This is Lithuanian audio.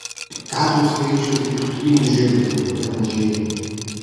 karvių skaičius ir primilžiai lietuvoje mažėja